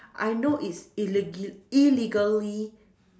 I know it's illegal~ illegally